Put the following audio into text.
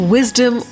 Wisdom